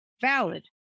valid